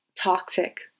toxic